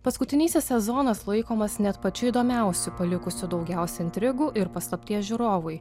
paskutinysis sezonas laikomas net pačiu įdomiausiu palikusiu daugiausiai intrigų ir paslapties žiūrovui